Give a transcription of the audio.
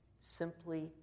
Simply